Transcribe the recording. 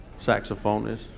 saxophonist